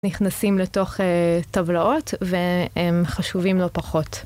נכנסים לתוך טבלאות והם חשובים לא פחות.